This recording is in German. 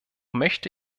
möchte